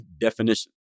definition